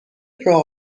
راه